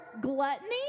gluttony